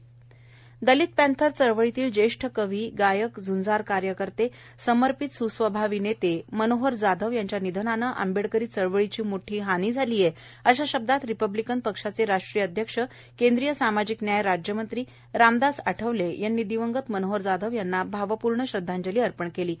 जाधव निधन दलित पॅंथर चळवळीतील ज्येष्ठ कवी गायक झूंजार कर्तकर्ते समर्पित सुस्वभावी नेते मनोहर जाधव यांच्या निधनाने आंबेडकरी चळवळीची मोठी हानी झाली आहे अशा शब्दांत रिपब्लिकन पक्षाचे राष्ट्रीय अध्यक्ष केंद्रीय सामाजिक न्याय राज्यमंत्री रामदास आठवले यांनी दिवंगत मनोहर जाधव यांना भावपूर्ण श्रद्धांजली वाहिली आहे